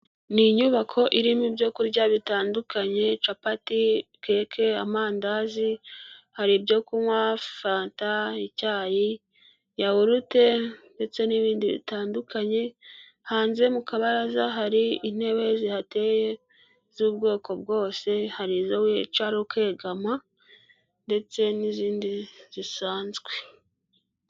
Ni inyubako irimo ibyo kurya bitandukanye, capati, cake, amandazi, hari ibyo kunywa fanta, icyayi, yawurute ndetse n'ibindi bitandukanye, hanze mu kabaraza hari intebe zihateye z'ubwoko bwose hari izo wicara ukegama ndetse n'izindi zisanzwe.